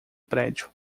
prédio